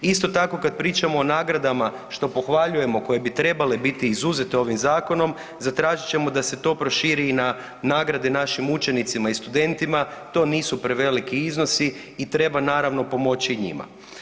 Isto tako kad pričamo o nagradama što pohvaljujemo koje bi trebale biti izuzete ovim zakonom, zatražit ćemo da se to proširi i na nagrade našim učenicima i studentima, to nisu preveliki iznosi i treba naravno pomoći i njima.